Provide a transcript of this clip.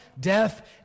death